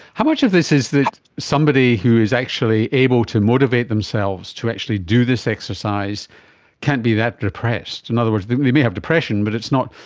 how much of this is that somebody who is actually able to motivate themselves to actually do this exercise can't be that depressed? in other words, they may have depression but it's not,